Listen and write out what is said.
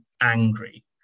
angry